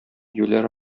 юләр